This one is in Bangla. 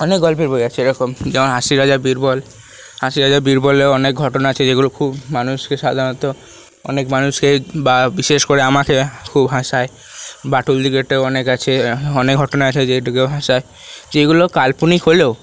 অনেক গল্পের বই আছে এরকম যেমন হাসির রাজা বীরবল হাসির রাজা বীরবলের অনেক ঘটনা আছে যেগুলো খুব মানুষকে সাধারণত অনেক মানুষকে বা বিশেষ করে আমাকে খুব হাসায় বাঁটুল দি গ্রেটটাও অনেক আছে অনেক ঘটনা আছে যে হাসায় যেগুলো কাল্পনিক হলেও